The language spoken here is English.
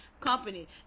company